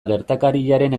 gertakariaren